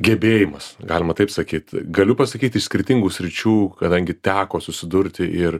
gebėjimas galima taip sakyt galiu pasakyti skirtingų sričių kadangi teko susidurti ir